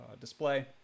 display